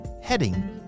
heading